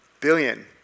Billion